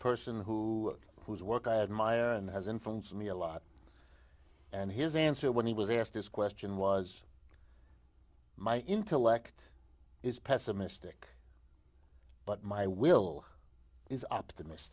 person who whose work i admire and has influenced me a lot and his answer when he was asked this question was my intellect is pessimistic but my will is optimist